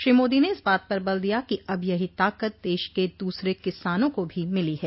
श्री मोदी ने इस बात पर बल दिया कि अब यही ताकत देश के दूसरे किसानों को भी मिली है